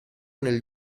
nel